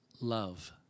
love